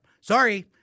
Sorry